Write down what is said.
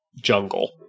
jungle